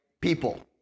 people